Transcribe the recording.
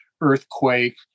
Earthquake